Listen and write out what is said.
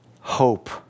hope